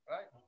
Right